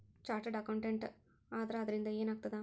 Chartered accountant ಆದ್ರ ಅದರಿಂದಾ ಏನ್ ಆಗ್ತದ?